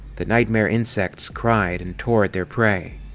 the nightmare insects cried and tore at their prey.